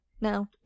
No